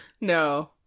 No